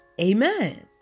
Amen